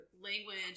language